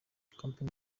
camping